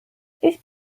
ich